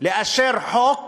לאשר חוק